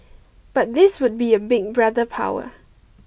but this would be a Big Brother power